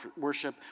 worship